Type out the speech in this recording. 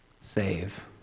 save